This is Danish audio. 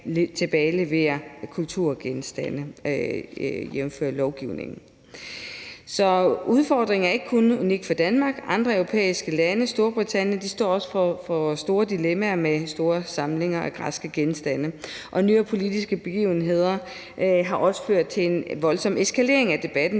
tilbageleverer kulturgenstande, jævnfør lovgivningen. Udfordringen er ikke unik og gælder ikke kun for Danmark. Andre europæiske lande, f.eks. Storbritannien, står også over for store dilemmaer med store samlinger af græske genstande. Nyere politiske begivenheder har også ført til en voldsom eskalering af debatten,